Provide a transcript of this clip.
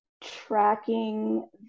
tracking